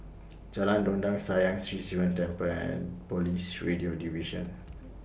Jalan Dondang Sayang Sri Sivan Temple and Police Radio Division